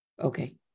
Okay